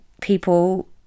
people